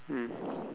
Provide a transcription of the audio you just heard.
mm